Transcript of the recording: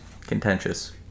contentious